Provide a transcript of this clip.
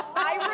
i